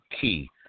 key